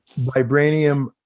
vibranium